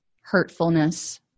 hurtfulness